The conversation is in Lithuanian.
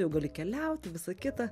jau gali keliauti visą kitą